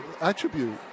attribute